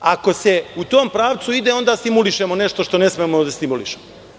Ako se u tom pravcu ide, onda stimulišemo nešto što ne smemo da stimulišemo.